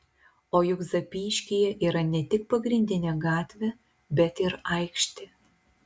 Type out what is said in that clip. o juk zapyškyje yra ne tik pagrindinė gatvė bet ir aikštė